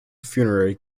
funerary